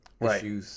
Right